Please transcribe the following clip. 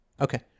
Okay